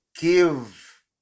give